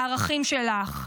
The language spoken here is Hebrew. הערכים שלך,